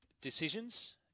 decisions